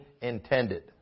intended